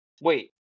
Wait